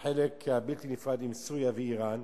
היותו חלק בלתי נפרד מסוריה ואירן,